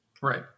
Right